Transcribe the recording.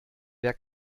wer